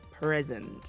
present